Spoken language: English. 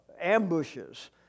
ambushes